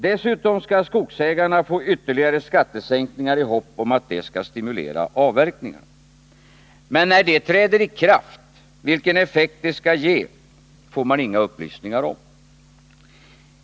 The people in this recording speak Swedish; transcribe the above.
Dessutom skall skogsägarna få ytterligare skattesänkningar i hopp om att detta skall stimulera avverkningarna. Men när de träder i kraft och vilken effekt de skall ge får man inga upplysningar om.